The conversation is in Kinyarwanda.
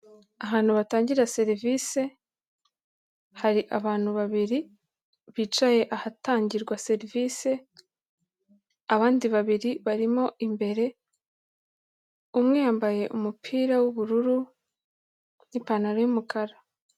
Ahantu batangira serivisi, hari abantu babiri bicaye ahatangirwa serivisi, abandi babiri barimo imbere, umwe yambaye umupira w'ubururu n'ipantaro y'umukara.